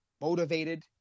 motivated